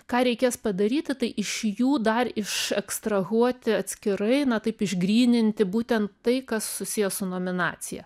ką reikės padaryti tai iš jų dar išekstrahuoti atskirai na taip išgryninti būtent tai kas susiję su nominacija